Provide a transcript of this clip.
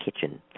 kitchen